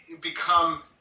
become